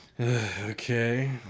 Okay